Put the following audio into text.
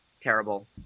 terrible